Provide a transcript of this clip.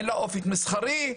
אין לה אופק מסחרי,